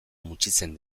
mutxitzen